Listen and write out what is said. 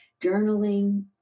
journaling